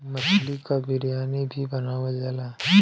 मछली क बिरयानी भी बनावल जाला